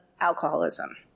alcoholism